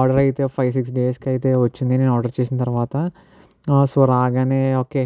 order అయితే five six days కైతే వచ్చింది నేను ఆర్డర్ చేసిన తర్వాత సో రాగానే ఓకే